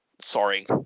Sorry